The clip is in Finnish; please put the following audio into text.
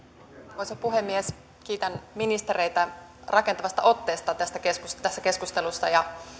arvoisa puhemies kiitän ministereitä rakentavasta otteesta tässä keskustelussa ja